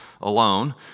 alone